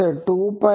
અને તે 2Πn1 હશે